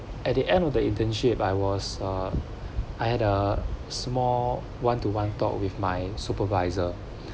at the end of the internship I was uh I had a small one to one talk with my supervisor